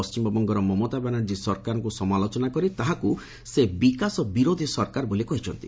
ପଶ୍ଚିମବଙ୍ଗର ମମତା ବାନାର୍ଜୀ ସରକାରଙ୍କୁ ସମାଲୋଚନା କରି ତାହାକୁ ସେ ବିକାଶ ବିରୋଧୀ ସରକାର ବୋଲି କହିଛନ୍ତି